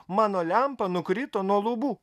mano lempa nukrito nuo lubų